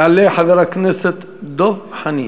יעלה חבר הכנסת דב חנין.